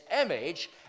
image